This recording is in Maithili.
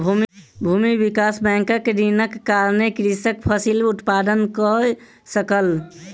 भूमि विकास बैंकक ऋणक कारणेँ कृषक फसिल उत्पादन कय सकल